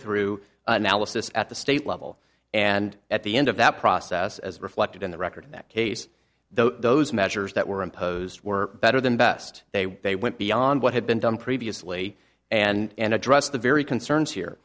through analysis at the state level and at the end of that process as reflected in the record in that case though those measures that were imposed were better than best they they went beyond what had been done previously and address the very concerns here